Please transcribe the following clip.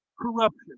corruption